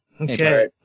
Okay